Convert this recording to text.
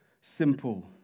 simple